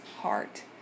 heart